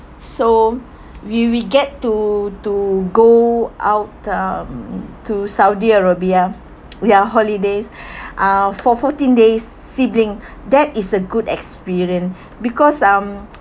so we we get to to go out um to saudi arabia we are holidays uh for fourteen days sibling that is a good experience because um